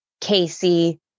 Casey